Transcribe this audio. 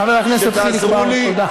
חבר הכנסת חיליק בר, תודה.